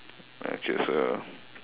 no actually it's a